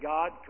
God